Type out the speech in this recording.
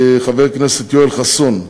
חבר הכנסת יואל חסון,